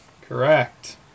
Correct